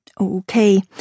Okay